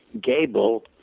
Gable